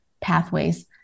pathways